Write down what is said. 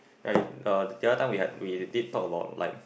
ya the the other time we had we did talk about like